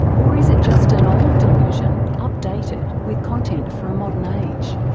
or is it just an old delusion updated with content for a modern age?